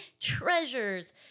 treasures